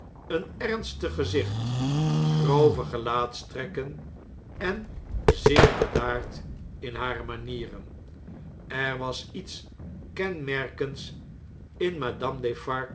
een ernstig gezicht grove gelaatstrekken en zeer bedaard in hare manieren er was iets kenmerkends in madame